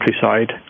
countryside